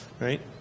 right